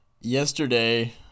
yesterday